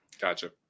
Gotcha